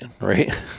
right